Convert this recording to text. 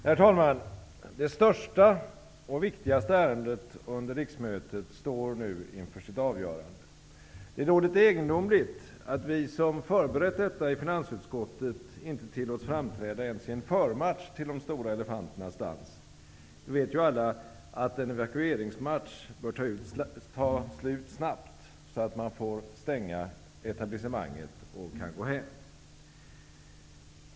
Herr talman! Det största och viktigaste ärendet under riksmötet står nu inför sitt avgörande. Det är då litet egendomligt att vi som förberett detta i finansutskottet inte tillåts framträda ens i en förmatch till de stora elefanternas dans. Det vet ju alla att en evakueringsmatch bör ta slut snabbt, så att man får stänga etablissemanget och kan gå hem.